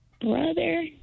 brother